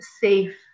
safe